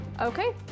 Okay